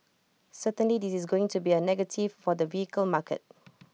certainly this is going to be A negative for the vehicle market